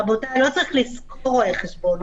רבותיי, לא צריך לשכור רואה חשבון.